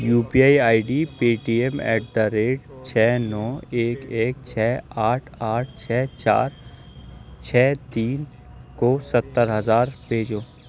you P I I D Paytm at the rate چھ نو ایک ایک چھ آٹھ آٹھ چھ چار چھ تین کو ستّر ہزار بھیجو